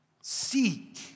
seek